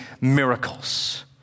miracles